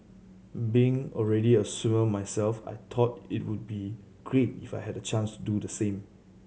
being already a swimmer myself I thought it would be great if I had the chance to do the same